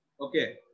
Okay